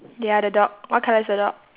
ya the dog what colour is the dog